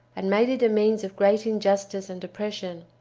and made it a means of great injustice and oppression,